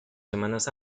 semanas